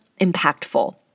impactful